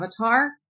avatar